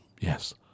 Yes